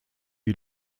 die